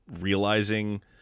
realizing